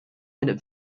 minute